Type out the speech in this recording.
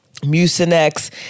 Mucinex